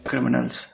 Criminals